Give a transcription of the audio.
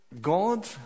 God